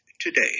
Today